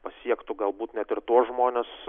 pasiektų galbūt net ir tuos žmones